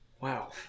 Wow